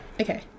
okay